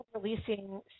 Releasing